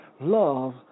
Love